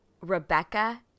Rebecca